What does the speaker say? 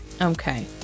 okay